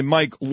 Mike